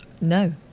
No